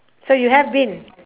so you have been